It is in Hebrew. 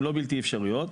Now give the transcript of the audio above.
הם לא בלתי אפשריות,